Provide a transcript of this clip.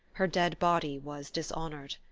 her dead body was dishonoured.